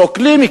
שוקלים,